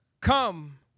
Come